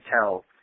tell